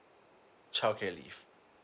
childcare leave